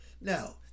Now